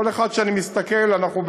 כל אחד שאני מסתכל עליו,